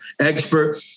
expert